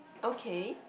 okay